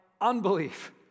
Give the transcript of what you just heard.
unbelief